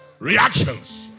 reactions